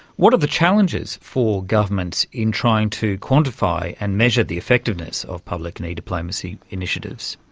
what are the challenges for government in trying to quantify and measure the effectiveness of public and e-diplomacy initiatives?